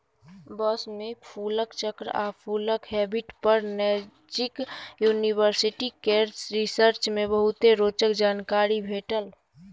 बाँस मे फुलक चक्र आ फुलक हैबिट पर नैजिंड युनिवर्सिटी केर रिसर्च मे बहुते रोचक जानकारी भेटल